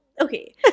okay